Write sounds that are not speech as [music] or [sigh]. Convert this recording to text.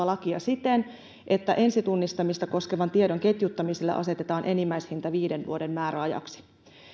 [unintelligible] lakia siten että ensitunnistamista koskevan tiedon ketjuttamiselle asetetaan enimmäishinta viiden vuoden määräajaksi